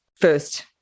first